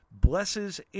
blesses